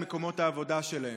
למקומות העבודה שלהם.